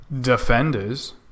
defenders